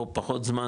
או פחות זמן,